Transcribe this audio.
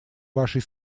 вашей